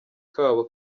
kabo